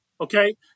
Okay